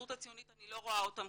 ההסתדרות הציונית שאני לא רואה כאן,